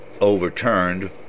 overturned